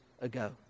ago